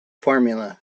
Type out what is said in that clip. formula